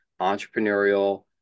entrepreneurial